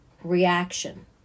reaction